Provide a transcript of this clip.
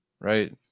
Right